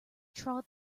trod